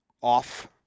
off